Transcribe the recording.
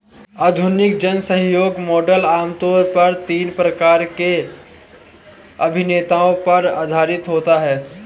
आधुनिक जनसहयोग मॉडल आम तौर पर तीन प्रकार के अभिनेताओं पर आधारित होता है